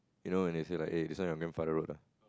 you know when they say like eh this one your grandfather road ah